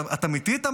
את אמיתית?